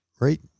Right